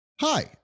Hi